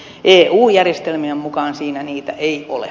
eu järjestelmien mukaan siinä niitä ei ole